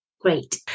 Great